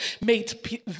made